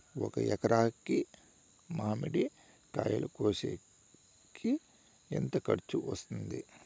ఒక ఎకరాకి మామిడి కాయలు కోసేకి ఎంత ఖర్చు వస్తుంది?